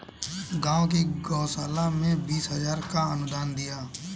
गांव की गौशाला में बीस हजार का अनुदान दिया